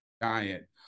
diet